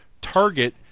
Target